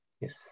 Yes